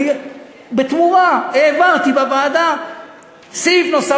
אני בתמורה העברתי בוועדה סעיף נוסף